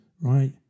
right